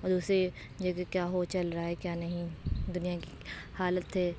اور دوسرے یہ یہ کہ کیا ہو چل رہا ہے کیا نہیں دنیا کی حالت ہے